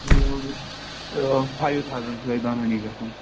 five thousand چھُو تۄہہِ دۄنوٕنی گژھان